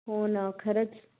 हो ना खरंच